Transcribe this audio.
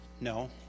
No